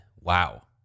Wow